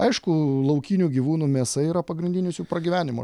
aišku laukinių gyvūnų mėsa yra pagrindinis jų pragyvenimo